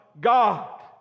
God